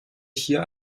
hier